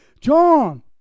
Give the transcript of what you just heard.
John